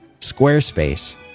Squarespace